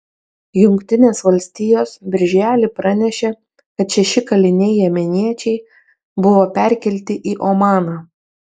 jungtinės valstijos birželį pranešė kad šeši kaliniai jemeniečiai buvo perkelti į omaną